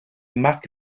mark